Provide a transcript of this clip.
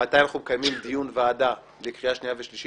מתי אנחנו מקיימים דיון ועדה לקריאה שנייה ושלישית.